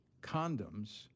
condoms